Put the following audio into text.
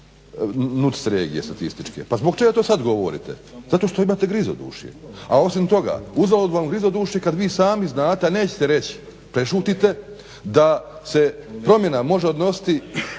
NUCS regije statističke. Pa zbog čega to sad govorite? Zato što imate grizodušje, a osim toga uzalud vam grizodušje kad vi sami znate, a nećete reći, prešutite da se promjena može odnositi,